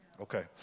Okay